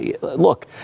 look